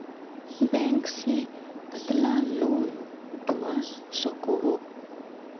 Bank से कतला loan उठवा सकोही?